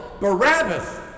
Barabbas